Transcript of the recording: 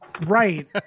Right